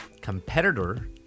competitor